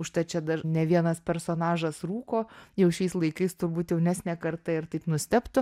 užtat čia dar ne vienas personažas rūko jau šiais laikais turbūt jaunesnė karta ir taip nustebtų